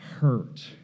hurt